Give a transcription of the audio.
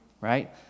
right